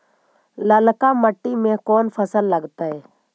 ललका मट्टी में कोन फ़सल लगतै?